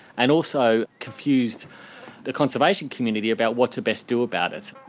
and also confused the conservation community about what to best do about it.